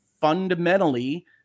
fundamentally